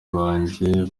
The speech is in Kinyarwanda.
banjye